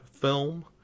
film